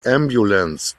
ambulance